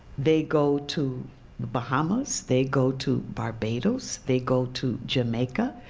they go to the bahamas, they go to barbados, they go to jamaica.